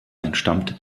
entstammt